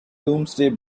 domesday